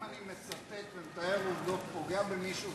אם אני מצטט ומתאר עובדות ופוגע במישהו,